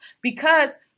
because-